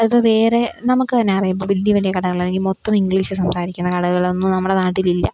അതിപ്പം വേറെ നമുക്ക് തന്നെ അറിയാം ഇപ്പം വലിയ വലിയ കടകൾ അല്ലെങ്കിൽ മൊത്തം ഇംഗ്ലീഷ് സംസാരിക്കുന്ന കടകളൊന്നും നമ്മുടെ നാട്ടിലില്ല